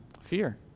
Fear